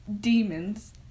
Demons